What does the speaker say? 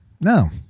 No